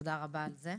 תודה רבה על זה.